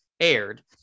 aired